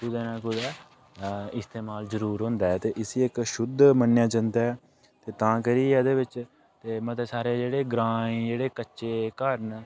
कुदै ना कुदै इस्तमाल जरूर होंदा ऐ ते इसी इक शुद्ध मन्नेआ जंदा ऐ ते तां करियै गै एह्दे बिच्च ते मते सारे जेहड़े ग्रांऽ दे जेह्ड़े कच्चे घर न